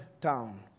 town